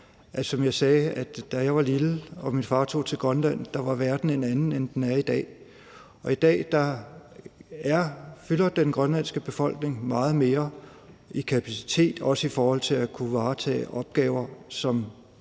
som jeg sagde, at da jeg var lille og min far tog til Grønland, var verden en anden, end den er i dag. I dag fylder den grønlandske befolkning meget mere i kapacitet, også i forhold til at kunne varetage opgaver, som man